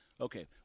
Okay